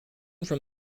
from